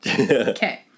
Okay